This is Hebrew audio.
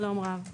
שלום רב.